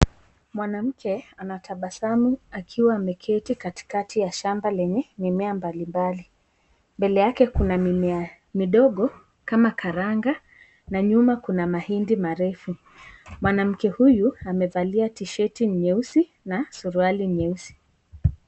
Mwanamke anatabasamu akiwa ameketi katikati ya shamba lenye mimea mbalimbali. Mbele yake kuna mimea midogo kama karanga na nyuma kuna mahindi marefu. Mwanamke huyu amevalia tisheti nyeusi na suruali nyeusi.